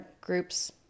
groups